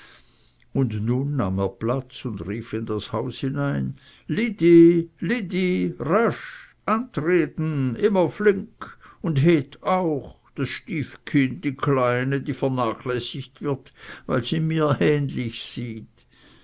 und nun nahm er platz und rief in das haus hinein liddi liddi rasch antreten immer flink und heth auch das stiefkind die kleine die vernachlässigt wird weil sie mir ähnlich sieht